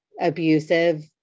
abusive